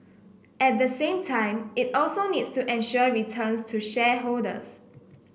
at the same time it also needs to ensure returns to shareholders